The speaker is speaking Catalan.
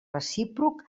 recíproc